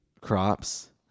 crops